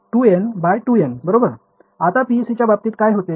2N × 2N बरोबर आता PECच्या बाबतीत काय होते